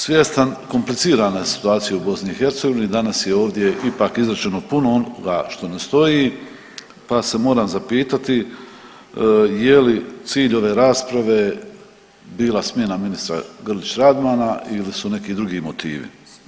Svjestan komplicirane situacije u BiH danas je ovdje ipak izrečeno puno onoga što ne stoji, pa se moram zapitati je li cilj ove rasprave bila smjena ministra Grlić Radmana ili su neki drugi motivi.